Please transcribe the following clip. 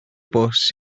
bws